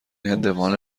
هندوانه